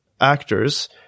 actors